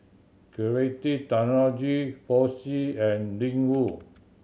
Creative Technology Fossil and Ling Wu